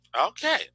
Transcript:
Okay